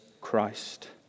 Christ